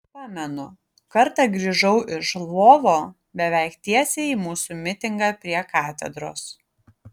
pamenu kartą grįžau iš lvovo beveik tiesiai į mūsų mitingą prie katedros